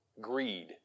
greed